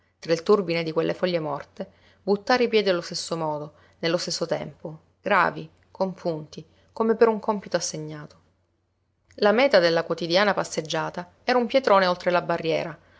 il turbine di quelle foglie morte buttare i piedi allo stesso modo nello stesso tempo gravi compunti come per un cómpito assegnato la meta della quotidiana passeggiata era un pietrone oltre la barriera